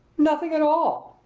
nothing at all!